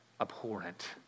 abhorrent